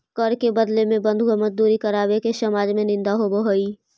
कर के बदले में बंधुआ मजदूरी करावे के समाज में निंदा होवऽ हई